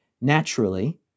Naturally